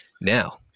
Now